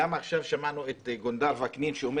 גם עכשיו כששמענו את גונדר וקנין שגם